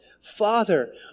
Father